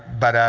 but i've